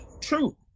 True